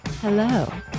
Hello